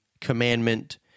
commandment